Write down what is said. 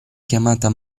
chiamata